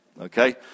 Okay